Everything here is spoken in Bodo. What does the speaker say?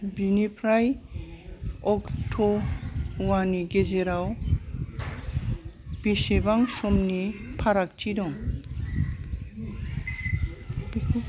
बेनिफ्राय अक्ट'वाननि गेजेराव बेसेबां समनि फारागथि दं